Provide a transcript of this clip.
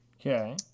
okay